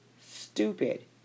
stupid